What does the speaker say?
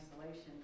isolation